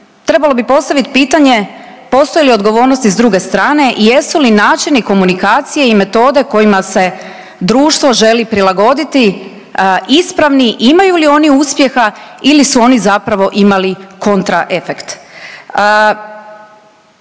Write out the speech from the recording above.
trebalo bi postavit pitanje postoji li odgovornost i s druge strane i jesu li načini komunikacije i metode kojima se društvo želi prilagoditi ispravni, imamu li oni uspjeha ili su oni zapravo imali kontra efekt.